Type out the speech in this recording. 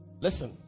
Listen